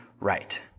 right